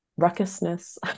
ruckusness